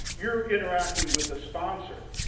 you're interacting with the sponsor.